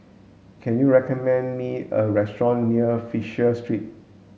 can you recommend me a restaurant near Fisher Street